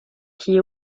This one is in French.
qui